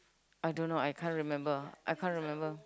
I don't know I can't remember I can't remember